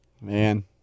Man